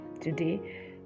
today